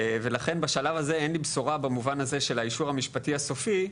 ולכן בשלב הזה אין לי בשורה במובן הזה של האישור המשפטי הסופי.